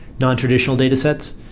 non-traditional data sets.